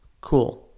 Cool